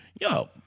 Yo